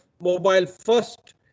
mobile-first